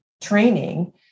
training